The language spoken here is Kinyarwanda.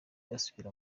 asubira